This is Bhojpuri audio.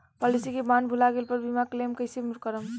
पॉलिसी के बॉन्ड भुला गैला पर बीमा क्लेम कईसे करम?